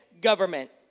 government